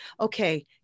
okay